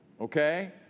okay